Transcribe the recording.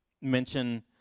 mention